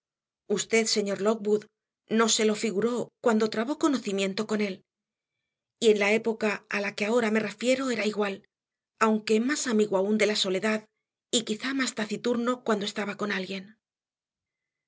usted señor loockwood no se lo figuró cuando trabó conocimiento con él y en la época a la que ahora me refiero era igual aunque más amigo aún de la soledad y quizá más taciturno cuando estaba con alguien